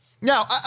Now